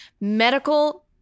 medical